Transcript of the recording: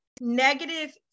negative